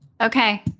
okay